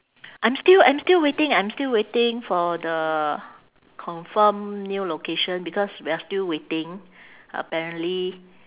I'm still I'm still waiting I'm still waiting for the confirm new location because we are still waiting apparently